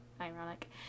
Ironic